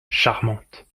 charmante